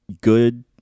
Good